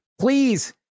Please